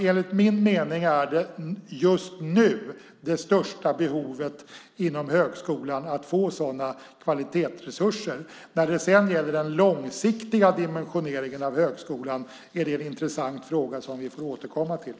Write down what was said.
Enligt min mening är det just nu största behovet inom högskolan att få sådana kvalitetsresurser. När det sedan gäller den långsiktiga dimensioneringen av högskolan är det en intressant fråga som vi får återkomma till.